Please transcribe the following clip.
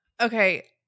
Okay